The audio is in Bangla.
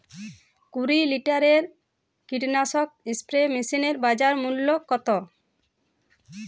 কুরি লিটারের কীটনাশক স্প্রে মেশিনের বাজার মূল্য কতো?